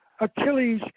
Achilles